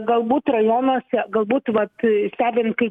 galbūt rajonuose galbūt vat stebint kai